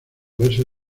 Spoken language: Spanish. verse